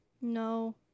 No